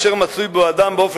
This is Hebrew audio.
כאשר מצוי בו אדם.